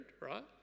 right